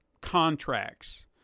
contracts